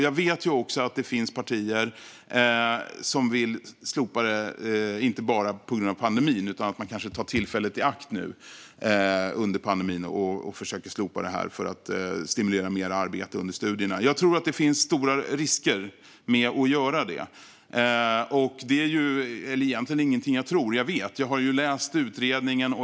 Jag vet också att det finns partier som vill slopa det inte bara på grund av pandemin utan kanske vill ta tillfället i akt nu under pandemin och försöka att slopa det här för att stimulera mer arbete under studierna. Jag tror - eller jag vet, för jag har ju läst utredningen - att det finns stora risker med att göra det.